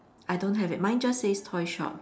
I don't have it mine just says toy shop